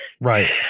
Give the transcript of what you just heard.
right